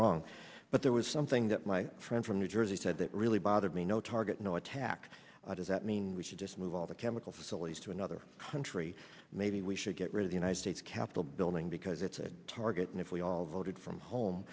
wrong but there was something that my friend from new jersey said that really bothered me no target no attack does that mean we should just move all the chemical facilities to another country maybe we should get rid of the united states capitol building because it's a target and if we all voted from home